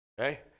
okay